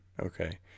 Okay